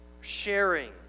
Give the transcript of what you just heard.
sharing